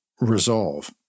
resolve